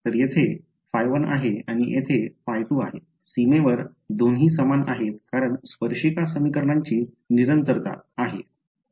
तर येथे ϕ1 आहे आणि येथे ϕ2 आहे सीमेवर दोन्ही समान आहेत कारण स्पर्शिक समीकरणांची निरंतरता आहे